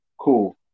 cool